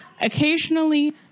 occasionally